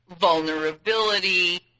vulnerability